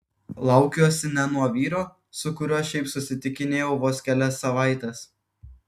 laukiuosi ne nuo vyro su kuriuo šiaip susitikinėjau vos kelias savaites